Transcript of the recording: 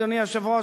אדוני היושב-ראש,